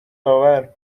آور